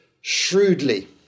shrewdly